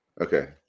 Okay